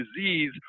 disease